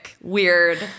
weird